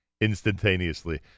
instantaneously